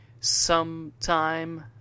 sometime